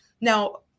Now